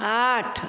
आठ